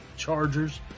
Chargers